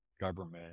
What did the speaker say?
government